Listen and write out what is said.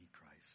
Christ